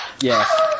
Yes